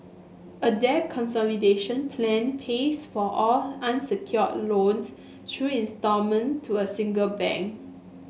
a debt consolidation plan pays for all unsecured loans through instalment to a single bank